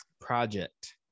project